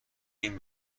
این